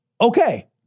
okay